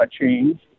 change